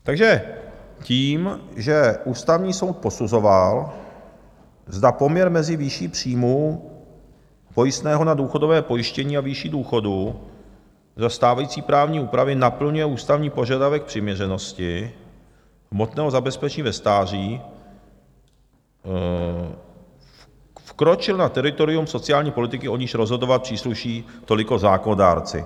Takže tím, že Ústavní soud posuzoval, zda poměr mezi výší příjmů, pojistného na důchodové pojištění a výši důchodu za stávající právní úpravy naplňuje ústavní požadavek přiměřenosti hmotného zabezpečení ve stáří, vkročil na teritorium sociální politiky, o níž rozhodovat přísluší toliko zákonodárci.